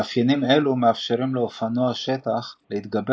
מאפיינים אלו מאפשרים לאופנוע השטח להתגבר